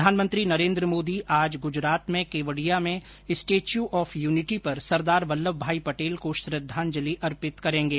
प्रधानमंत्री नरेन्द्र मोदी आज गुजरात में केवडिया में स्टच्यू ऑफ यूनिटी पर सरदार वल्लम भाई पटेल को श्रद्दाजंलि अर्पित करेंगे